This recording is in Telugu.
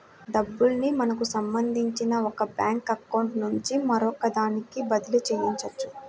డబ్బుల్ని మనకి సంబంధించిన ఒక బ్యేంకు అకౌంట్ నుంచి మరొకదానికి బదిలీ చెయ్యొచ్చు